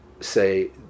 say